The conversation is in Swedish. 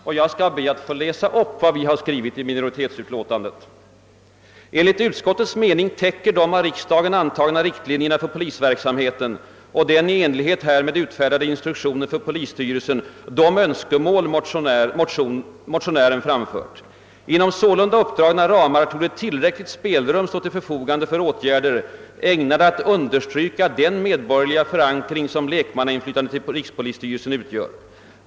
Jag skall därför be att få läsa upp vad vi skrivit i vårt minoritetsutlåtande: »Enligt utskottets mening täcker de av riksdagen antagna riktlinjerna för polisverksamheten och den i enlighet härmed utfärdade instruktionen för polisstyrelsen de önskemål motionären framfört. Inom sålunda uppdragna ramar torde tillräckligt spelrum stå till förfogande för åtgärder ägnade att understryka den medborgerliga förankring, som lekmannainflytandet i rikspolisstyrelsen utgör.